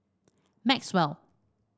Maxwell